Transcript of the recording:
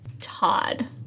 todd